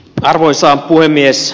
arvoisa puhemies